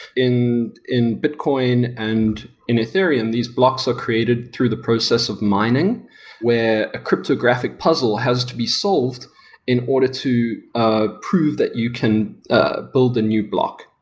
in in bitcoin and in ethereum, these blocks are created through the process of mining where a cryptographic puzzle has to be solved in order to ah prove that you can ah build a new block,